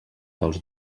dels